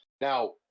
now